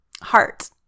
Heart